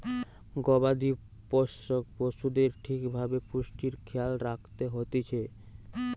গবাদি পোষ্য পশুদের ঠিক ভাবে পুষ্টির খেয়াল রাখত হতিছে